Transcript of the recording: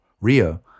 Rio